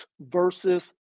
versus